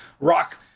rock